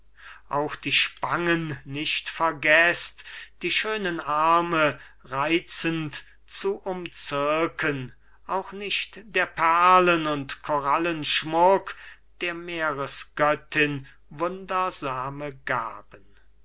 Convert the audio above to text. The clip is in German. cicade auch die spangen nicht vergeßt die schönen arme reizend zu umzirken auch nicht der perlen und korallen schmuck der meeresgöttin wundersame gaben